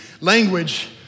language